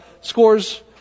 scores